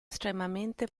estremamente